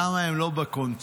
למה הם לא בקונסנזוס,